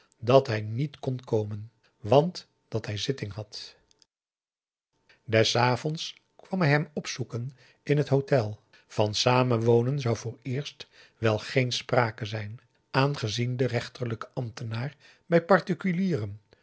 dat hij niet kon komen want dat hij zitting had des avonds kwam hij hem opzoeken in het hotel van samenwonen zou vooreerst wel geen sprake zijn aangezien de rechterlijke ambtenaar bij particulieren